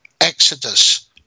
Exodus